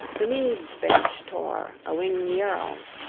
the mead-bench tore, awing the earls.